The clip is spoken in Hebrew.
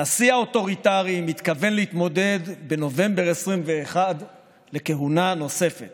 הנשיא האוטוריטרי מתכוון להתמודד בנובמבר 2021 לכהונה נוספת